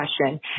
question